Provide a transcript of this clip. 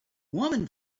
woman